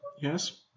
Yes